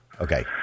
Okay